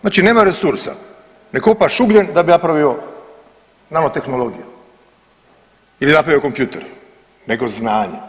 Znači nemaju resursa, ne kopaš ugljen da bi napravio nano tehnologiju ili napravio kompjuter, nego znanje.